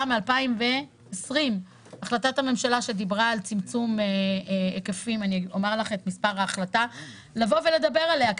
ב-2020 שדיברה על צמצום היקפים לדבר עליה.